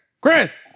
Chris